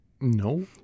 No